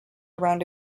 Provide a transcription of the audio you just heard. around